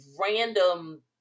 random